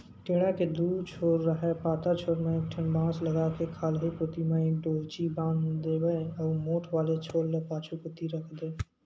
टेंड़ा के दू छोर राहय पातर छोर म एक ठन बांस लगा के खाल्हे कोती म एक डोल्ची बांध देवय अउ मोठ वाले छोर ल पाछू कोती रख देय